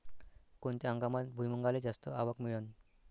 कोनत्या हंगामात भुईमुंगाले जास्त आवक मिळन?